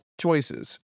choices